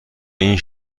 این